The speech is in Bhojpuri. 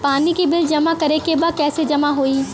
पानी के बिल जमा करे के बा कैसे जमा होई?